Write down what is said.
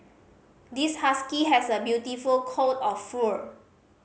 this husky has a beautiful coat of fur